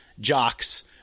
jocks